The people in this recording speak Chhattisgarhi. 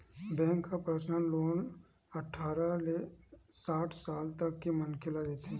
बेंक ह परसनल लोन अठारह ले साठ साल तक के मनखे ल देथे